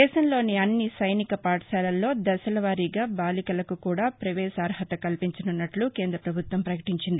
దేశంలోని అన్ని సైనిక పాఠశాలల్లో దశల వారీగా బాలికలకు కూడా ప్రవేశార్హత కల్పించనున్నట్ల కేంద్ర ప్రభుత్వం ప్రకటించింది